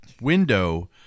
window